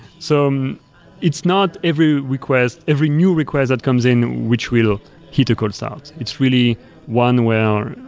so um it's not every request, every new request that comes in, which will hit a cold start. it's really one where,